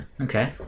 Okay